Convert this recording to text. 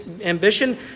ambition